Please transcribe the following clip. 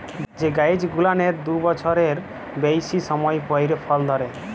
যে গাইছ গুলানের দু বচ্ছরের বেইসি সময় পইরে ফল ধইরে